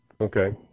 Okay